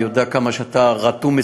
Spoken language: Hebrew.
אני יודע כמה אתה רתום-משימה.